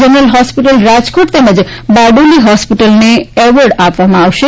general hospital Rajkot તેમજ બારડોલી હોસ્પિટલને award આપવામાં આવશે